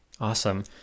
Awesome